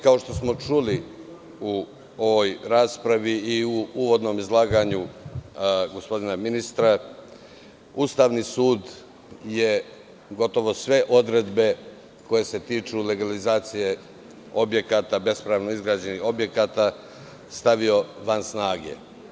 Kao što smo čuli u ovoj raspravi i u uvodnom izlaganju gospodina ministra, Ustavni sud je gotovo sve odredbe koje se tiču legalizacije bespravno izgrađenih objekata stavio van snage.